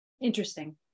interesting